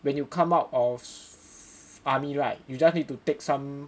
when you come out of army right you just need to take some